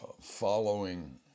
following